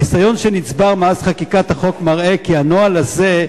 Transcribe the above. הניסיון שנצבר מאז חקיקת החוק מראה כי הנוהל הזה,